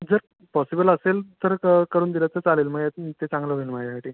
जर पॉसिबल असेल तर क करून दिलंत तर चालेल म्हणजे ते चांगलं होईल माझ्यासाठी